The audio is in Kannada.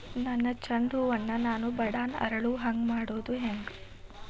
ನನ್ನ ಚಂಡ ಹೂ ಅನ್ನ ನಾನು ಬಡಾನ್ ಅರಳು ಹಾಂಗ ಮಾಡೋದು ಹ್ಯಾಂಗ್?